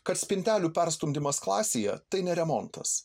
kad spintelių perstumdymas klasėje tai ne remontas